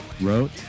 wrote